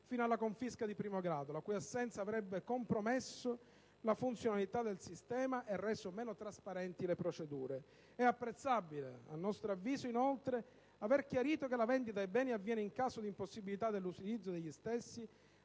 fino alla confisca di primo grado, la cui assenza avrebbe compromesso la funzionalità del sistema e reso meno trasparenti le procedure. A nostro avviso, è apprezzabile, inoltre, aver chiarito che la vendita dei beni avviene in caso di impossibilità dell'utilizzo degli stessi